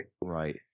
Right